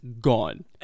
gone